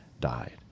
died